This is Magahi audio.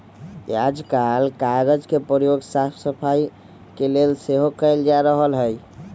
याजकाल कागज के प्रयोग साफ सफाई के लेल सेहो कएल जा रहल हइ